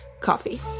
coffee